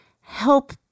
help